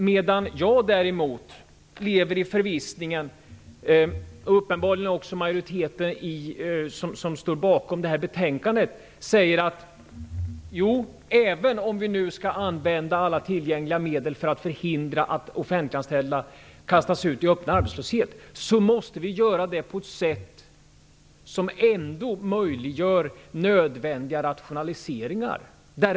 Jag lever däremot i den förvissningen - det gör uppenbarligen också den majoritet som står bakom betänkandet - att även om vi nu skall använda alla tillgängliga medel för att förhindra att offentliganställda kastas ut i öppen arbetslöshet, måste vi göra det på ett sådant sätt att det möjliggör nödvändiga rationaliseringar.